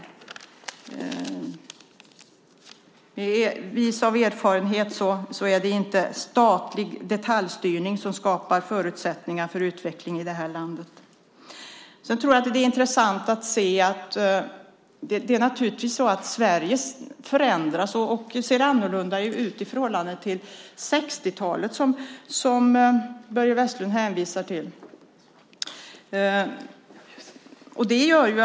Vis av erfarenhet vill jag säga att det inte är statlig detaljstyrning som skapar förutsättningar för utveckling i det här landet. Naturligtvis har Sverige förändrats och ser annorlunda ut nu jämfört med på 60-talet, som Börje Vestlund hänvisar till.